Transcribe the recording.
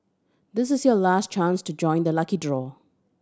this is your last chance to join the lucky draw